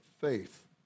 faith